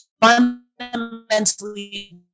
fundamentally